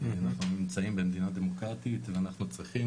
אנחנו נמצאים במדינה דמוקרטית ואנחנו צריכים